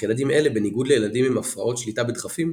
אך ילדים אלה בניגוד לילדים עם הפרעות שליטה בדחפים,